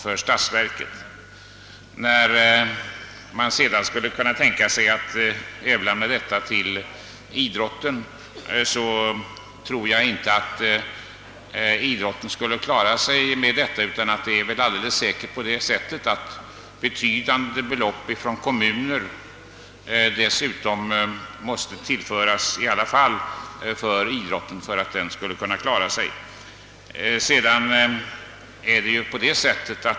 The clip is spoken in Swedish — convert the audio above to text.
Även om man skulle kunna tänka sig att överlåta AB Tipstjänst till Sveriges riksidrottsförbund, tror jag ändå inte att idrotten skulle kunna klara sig med dessa inkomster, utan betydande belopp skulle dessutom behöva tillföras idrotten från kommunerna.